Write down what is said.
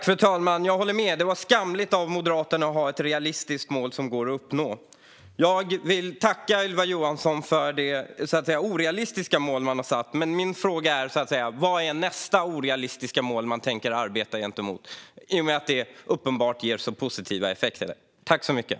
Fru talman! Jag håller med. Det var skamligt av Moderaterna att ha ett realistiskt mål som går att uppnå. Jag vill tacka Ylva Johansson för det orealistiska mål man har satt. Min fråga är: Vad är nästa orealistiska mål som man tänker arbeta mot, eftersom det uppenbart ger så positiva effekter?